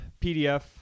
pdf